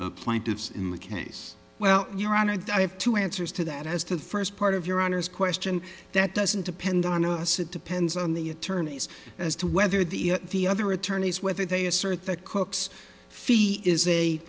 the plaintiffs in the case well your honor that i have two answers to that as to the first part of your honor's question that doesn't depend on us it depends on the attorneys as to whether the the other attorneys whether they assert that cooks fee is